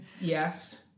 yes